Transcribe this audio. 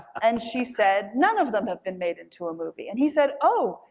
and she said, none of them have been made into a movie. and he said, oh,